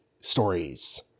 stories